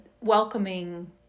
welcoming